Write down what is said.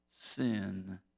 sin